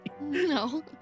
No